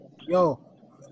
Yo